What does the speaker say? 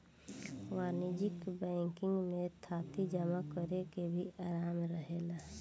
वाणिज्यिक बैंकिंग में थाती जमा करेके भी आराम रहेला